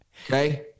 Okay